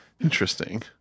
Interesting